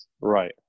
Right